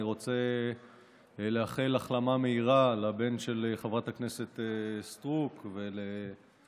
אני רוצה לאחל החלמה מהירה לבן של חברת הכנסת סטרוק ולנכדיה,